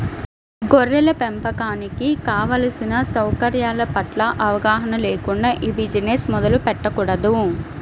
గొర్రెల పెంపకానికి కావలసిన సౌకర్యాల పట్ల అవగాహన లేకుండా ఈ బిజినెస్ మొదలు పెట్టకూడదు